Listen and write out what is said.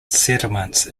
settlements